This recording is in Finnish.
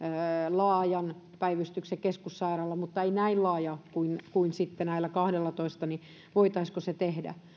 laajan päivystyksen keskussairaala mutta ei näin laaja kuin kuin näillä kahdellatoista se voitaisiin tehdä